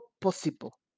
possible